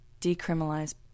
decriminalize